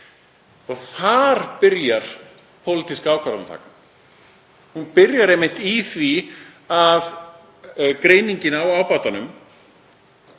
sig? Þar byrjar pólitíska ákvarðanatakan. Hún byrjar einmitt á því að greiningin á ábatanum